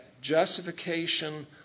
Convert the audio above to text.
justification